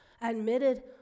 admitted